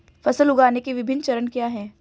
फसल उगाने के विभिन्न चरण क्या हैं?